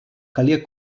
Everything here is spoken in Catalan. calia